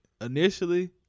initially